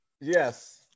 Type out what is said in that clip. yes